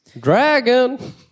Dragon